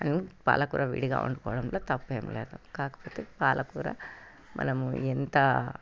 అవి పాలకూర విడిగా వండుకోవడంలో తప్పేం లేదు కాకపోతే పాలకూర మనము ఎంత